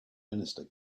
minister